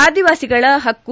ಆದಿವಾಸಿಗಳ ಹಕ್ಕು